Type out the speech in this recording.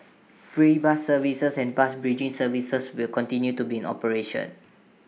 free bus services and bus bridging services will continue to be in operation